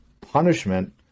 punishment